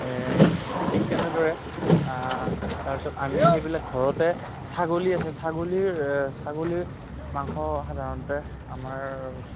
ঠিক তেনেদৰে তাৰ পিছত আমি সেইবিলাক ঘৰতে ছাগলী আছে ছাগলীৰ ছাগলীৰ মাংস সাধাৰণতে আমাৰ